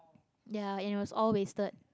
ya and it was all wasted